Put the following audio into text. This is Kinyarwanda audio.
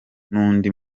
n’undi